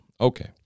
Okay